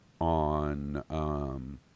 on